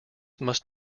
must